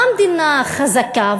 מה מדינה חזקה,